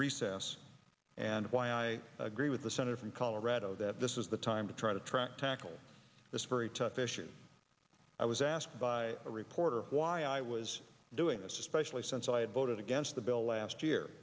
recess and why i agree with the senator from colorado that this is the time to try to track tackle this very tough issue i was asked by a reporter why i was doing especially since i had voted against the bill last year